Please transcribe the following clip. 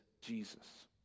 Jesus